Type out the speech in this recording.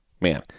man